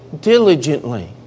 diligently